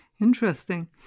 Interesting